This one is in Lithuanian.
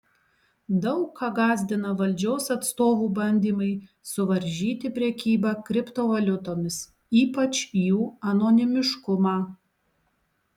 daug ką gąsdina valdžios atstovų bandymai suvaržyti prekybą kriptovaliutomis ypač jų anonimiškumą